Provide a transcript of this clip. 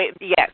Yes